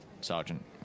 sergeant